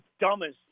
dumbest